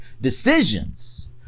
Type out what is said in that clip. decisions